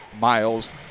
Miles